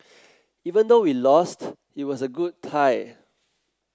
even though we lost it was a good tie